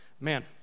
Man